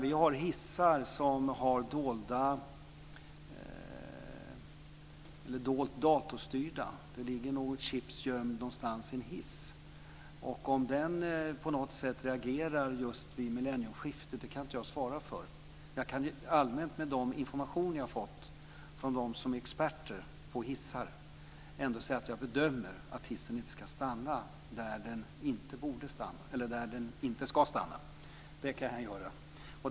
Vi har hissar som är dolt datorstyrda. Det ligger något chips gömt någonstans i en hiss. Om det på något sätt reagerar just vid millennieskiftet kan jag inte svara för. Men jag kan allmänt med de informationer jag har fått från dem som är experter på hissar ändå säga att jag bedömer att hissen inte ska stanna där den inte ska stanna. Det kan jag göra.